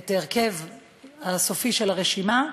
את הרכב הסופי של הרשימה.